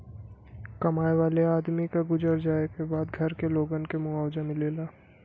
कमाए वाले आदमी क गुजर जाए क बाद घर के लोगन के मुआवजा मिलेला